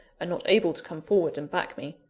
and not able to come forward and back me.